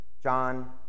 John